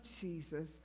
Jesus